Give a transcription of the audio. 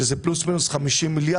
שזה פחות או יותר 50 מיליארד,